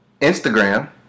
Instagram